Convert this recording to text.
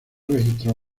registros